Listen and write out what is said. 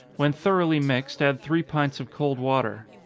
when thoroughly mixed, add three pints of cold water.